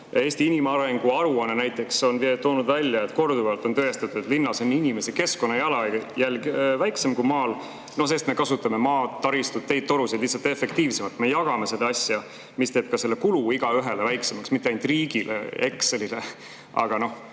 "Eesti inimarengu aruanne" on toonud selle välja ja korduvalt on tõestatud, et linnas on inimese keskkonnajalajälg väiksem kui maal, sest me kasutame maad, taristut, teid ja torusid lihtsalt efektiivsemalt, me jagame seda asja ning see teeb ka selle kulu igaühele väiksemaks, mitte ainult riigile, Excelile, vaid